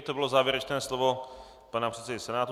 To bylo závěrečné slovo pana předsedy Senátu.